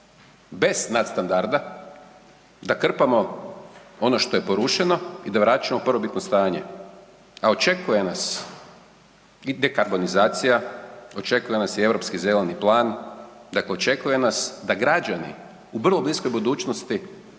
bez nadstandarda da krpamo ono što je porušeno i da vraćamo u prvobitno stanje, a očekuje nas i dekarbonizacija, očekuje nas i Europski zeleni plan, dakle očekuje nas da građani u vrlo bliskoj budućnosti